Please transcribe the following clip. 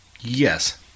Yes